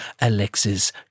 Alexis